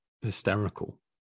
hysterical